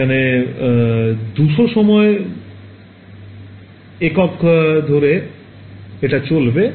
এখানে ২০০ সময় একক ধরে এটা চলবে